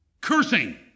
cursing